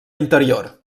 interior